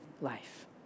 life